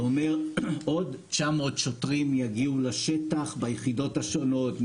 אומר עוד 900 שוטרים יגיעו לשטח ביחידות השונות.